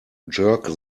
jerk